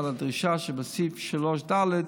ועל הדרישה שבסעיף 3(ד)